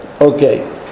Okay